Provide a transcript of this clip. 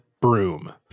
broom